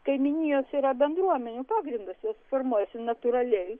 kaimynijos yra bendruomenių pagrindas jos formuojasi natūraliai